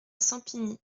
sampigny